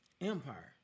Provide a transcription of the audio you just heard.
empire